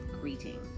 greeting